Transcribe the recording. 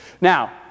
Now